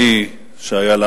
עמדתי, ואני יודע שגם לו